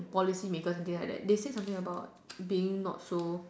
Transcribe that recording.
policy makers and things like that they say something about being not so